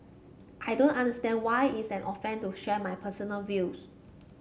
I don't understand why is an offence to share my personal views